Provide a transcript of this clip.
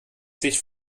sich